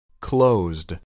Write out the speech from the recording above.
Closed